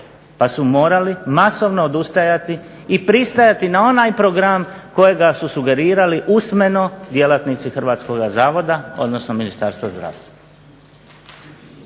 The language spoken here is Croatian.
pa su morali masovno odustajati i pristajati na onaj program kojega su sugerirali usmeno djelatnici Hrvatskoga zavoda odnosno Ministarstvo zdravstva.